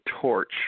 torch